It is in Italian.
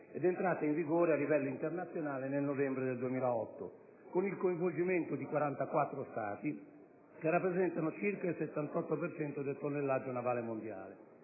ed entrata in vigore a livello internazionale nel novembre del 2008, con il coinvolgimento di 44 Stati, che rappresentano circa il 78 per cento del tonnellaggio navale mondiale.